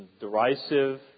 derisive